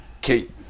Kate